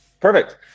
Perfect